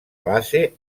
base